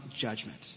judgment